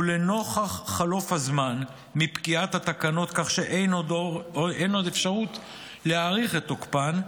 ולנוכח חלוף הזמן מפקיעת התקנות כך שאין עוד אפשרות להאריך את תוקפן,